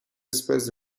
espèce